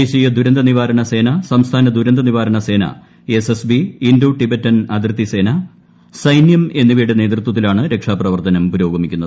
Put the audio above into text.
ദേശീയ ദുരന്ത നിരവാരണ സേന സംസ്ഥാന ദുരന്ത നിവാരണ സേന S S B Indo Tibetan അതിർത്തി സേന സൈനൃം എന്നിവയുടെ നേതൃത്വത്തിലാണ് രക്ഷാ പ്രവർത്തനം പുരോഗമിക്കുന്നത്